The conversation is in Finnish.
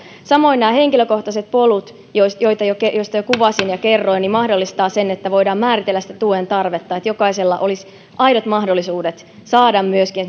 samoin henkilökohtaiset polut joita joita jo kuvasin ja joista kerroin mahdollistavat sen että voidaan määritellä tuen tarvetta että jokaisella olisi aidot mahdollisuudet saada myöskin